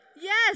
Yes